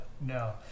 no